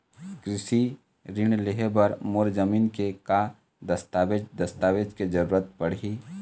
कृषि ऋण लेहे बर मोर जमीन के का दस्तावेज दस्तावेज के जरूरत पड़ही?